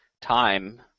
time